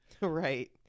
Right